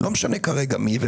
לא משנה כרגע מי,